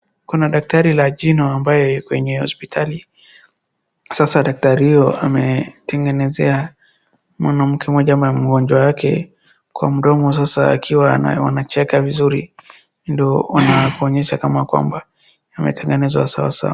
Kuna daktari la jino ambaye kwenye hospitali sasa daktari huyo ametengenezea mwanamke mmoja ama mgonjwa wake kwa mdomo sasa akiwa naye wanacheka vizuri ndio wanatuonyesha kama kwamba ametengenezwa sawa sawa.